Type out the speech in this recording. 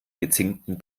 gezinkten